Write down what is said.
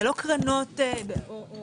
אלה לא קרנות או